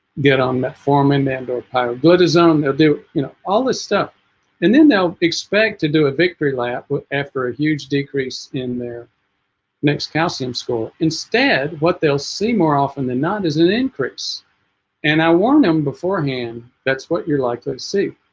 get on that form in band or buddhism they'll do you know all this stuff and then they'll expect to do a victory lap but after a huge decrease in their next calcium score instead what they'll see more often than not is an increase and i warned them beforehand that's what you're likely to see